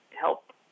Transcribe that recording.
help